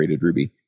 Ruby